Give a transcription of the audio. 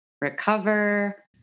recover